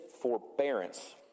forbearance